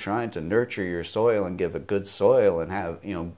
trying to nurture your soil and give a good soil and have you know